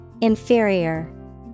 Inferior